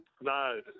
No